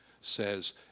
says